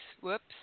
whoops